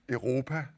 Europa